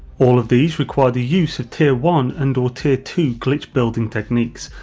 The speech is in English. all of these require the use of tier one and or tier two glitch building techniques,